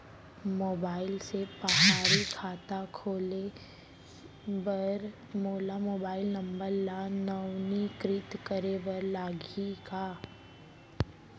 Mobile से पड़ही खाता खोले बर मोला मोबाइल नंबर ल नवीनीकृत करे बर लागही का?